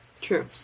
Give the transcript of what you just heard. True